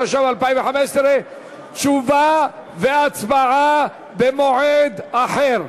התשע"ו 2015. תשובה והצבעה במועד אחר.